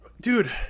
dude